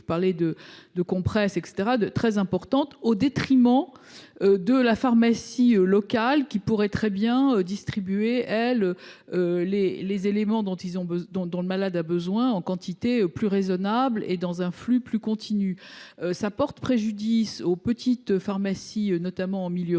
importante de compresses ou autres, au détriment de la pharmacie locale qui pourrait très bien distribuer les produits dont le malade a besoin en quantité plus raisonnable et dans un flux plus continu. Tout cela porte préjudice aux petites pharmacies, en particulier en milieu rural.